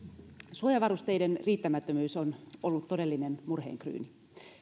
suojavarusteiden riittämättömyys on ollut todellinen murheenkryyni